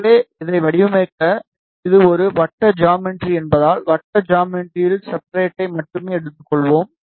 எனவே இதை வடிவமைக்க இது ஒரு வட்ட ஜாமெட்ரி என்பதால் வட்ட ஜாமெட்ரியில் சப்ஸ்ட்ரட்டை மட்டுமே எடுத்துக்கொள்வோம்